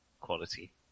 quality